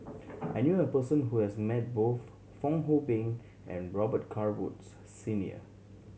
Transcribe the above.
I knew a person who has met both Fong Hoe Beng and Robet Carr Woods Senior